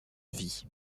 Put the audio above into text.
vie